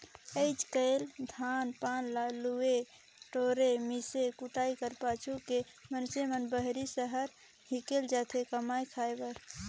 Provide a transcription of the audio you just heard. आएज काएल धान पान ल लुए टोरे, मिस कुइट कर पाछू के मइनसे मन बाहिर सहर हिकेल जाथे कमाए खाए बर